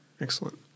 Excellent